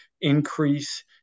increase